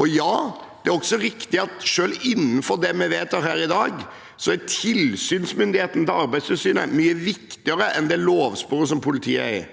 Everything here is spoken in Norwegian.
å gjøre. Det er også riktig at selv innenfor det vi vedtar her i dag, er tilsynsmyndigheten til Arbeidstilsynet mye viktigere enn det lovsporet politiet er i.